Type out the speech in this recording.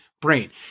brain